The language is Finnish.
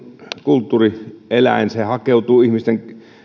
kulttuurieläin se hakeutuu ihmisten